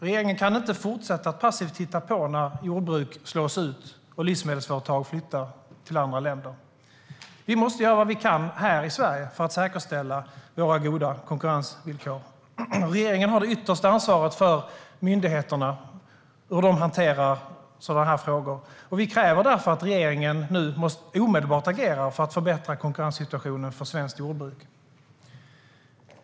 Regeringen kan inte fortsätta att passivt titta på när jordbruk slås ut och livsmedelsföretag flyttar till andra länder. Vi måste göra vad vi kan här i Sverige för att säkerställa våra goda konkurrensvillkor. Regeringen har det yttersta ansvaret för hur myndigheterna hanterar sådana här frågor. Vi kräver därför att regeringen agerar omedelbart för att förbättra konkurrenssituationen för svenskt jordbruk.